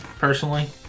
personally